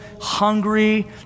hungry